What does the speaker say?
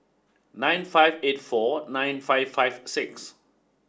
nine five eight four nine five five six